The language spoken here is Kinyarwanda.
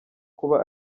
kuba